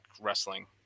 wrestling